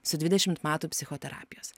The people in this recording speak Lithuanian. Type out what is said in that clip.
su dvidešimt metų psichoterapijos